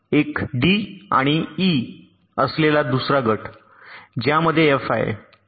एक डी आणि ई असलेला दुसरा गट ज्यामध्ये एफ आहे